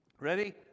Ready